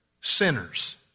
sinners